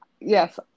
Yes